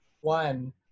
one